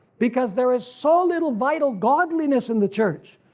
because there is so little vital godliness in the church,